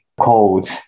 cold